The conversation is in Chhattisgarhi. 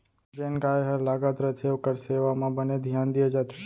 जेन गाय हर लागत रथे ओकर सेवा म बने धियान दिये जाथे